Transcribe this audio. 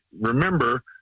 remember